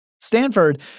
Stanford